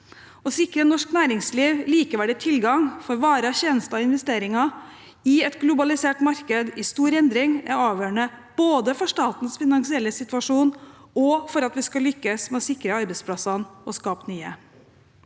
Å sikre norsk næringsliv likeverdig tilgang for varer, tjenester og investeringer i et globalisert marked i stor endring er avgjørende både for statens finansielle situasjon og for at vi skal lykkes med å sikre arbeidsplassene og skape nye.